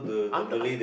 I'm I'm